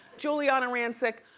giuliana rancic,